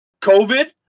covid